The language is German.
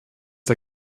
der